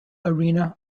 arena